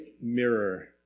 mirror